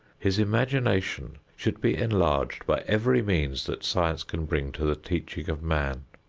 his imagination should be enlarged by every means that science can bring to the teaching of man.